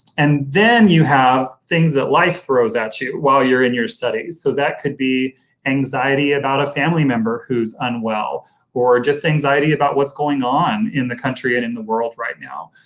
and then you have things that life throws at you while you're in your studies. so, that could be anxiety about a family member who's unwell or just anxiety about what's going on in the country and in the world right now.